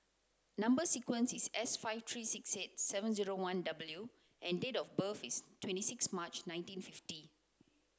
number sequence is S five three six eight seven zero one W and date of birth is twenty six March nineteen fifty